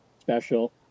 special